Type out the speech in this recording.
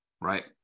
right